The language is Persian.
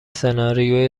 سناریوی